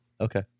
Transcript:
Okay